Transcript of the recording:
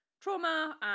trauma